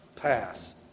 pass